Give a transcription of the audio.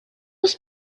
was